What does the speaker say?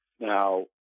Now